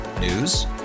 News